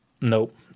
Nope